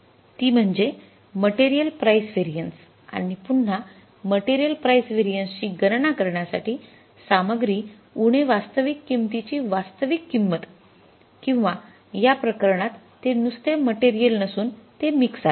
ती म्हणजे material price variance आणि पुन्हा मटेरियल प्राइस व्हेरिएन्स ची गणना करण्यासाठी सामग्री उणे वास्तविक किंमतीची वास्तविक किंमत किंवा या प्रकरणात ते नुसते मटेरियल नसून ते मिक्स आहे